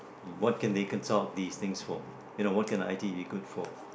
what can they consult these things for you know what can I teach be good for